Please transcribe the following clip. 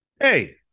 Hey